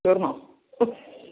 തീർന്നോ ഉഫ്